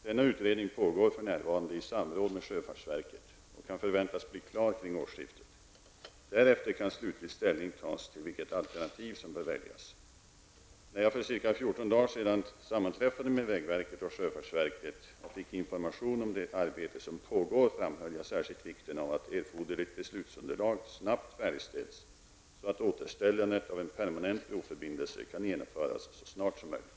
Denna utredning pågår för närvarande i samråd med sjöfartsverket och kan förväntas bli klar kring årsskiftet. Därefter kan slutlig ställning tas till vilket alternativ som bör väljas. När jag för ca 14 dagar sedan sammanträffade med vägverket och sjöfartsverket och fick information om det arbete som pågår framhöll jag särskilt vikten av att erforderligt beslutsunderlag snabbt färdigställs så att återställandet av en permanent broförbindelse kan genomföras så snart som möjligt.